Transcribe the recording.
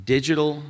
Digital